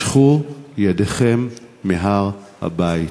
משכו ידיכם מהר-הבית,